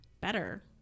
better